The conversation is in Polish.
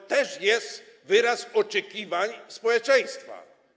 To też jest wyraz oczekiwań społeczeństwa.